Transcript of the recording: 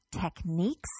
techniques